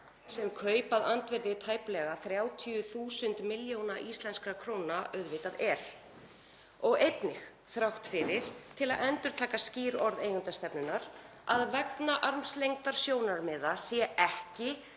sem kaup að andvirði tæplega 30.000 millj. kr. auðvitað eru. Og einnig þrátt fyrir að, til að endurtaka skýr orð eigendastefnunnar, að vegna armslengdarsjónarmiða sé ekki